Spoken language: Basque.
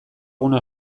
eguna